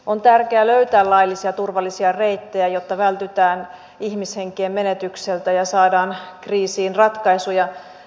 on tärkeää löytää laillisia ja turvallisia reittejä jotta vältytään ihmishenkien menetykseltä ja saadaan kriisiin ratkaisuja